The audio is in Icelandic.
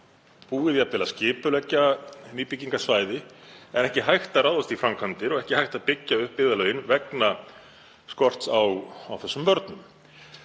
búið að skipuleggja nýbyggingarsvæði. Það er ekki hægt að ráðast í framkvæmdir og ekki hægt að byggja upp byggðarlögin vegna skorts á þessum vörnum